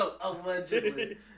Allegedly